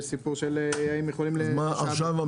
--- ויש סיפור של האם יכולים --- אז מה,